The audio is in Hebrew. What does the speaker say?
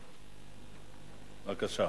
בבקשה.